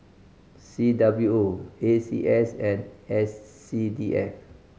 C W O A C S and S C D F